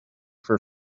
for